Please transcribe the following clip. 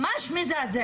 זה ממש מזעזע.